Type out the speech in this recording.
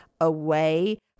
away